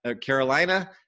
carolina